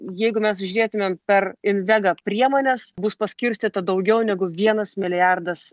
jeigu mes žiūrėtumėm per invega priemones bus paskirstyta daugiau negu vienas milijardas